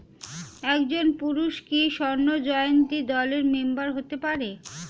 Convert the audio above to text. একজন পুরুষ কি স্বর্ণ জয়ন্তী দলের মেম্বার হতে পারে?